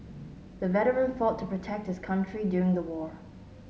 the veteran fought to protect his country during the war